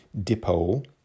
Dipole